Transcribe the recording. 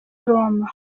roma